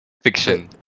Fiction